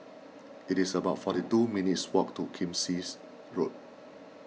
it is about forty two minutes' walk to Kismis Road